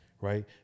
right